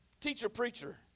teacher-preacher